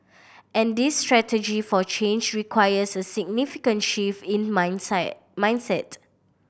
and this strategy for change requires a significant shift in mind mindset